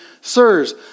sirs